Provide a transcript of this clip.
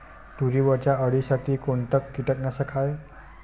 तुरीवरच्या अळीसाठी कोनतं कीटकनाशक हाये?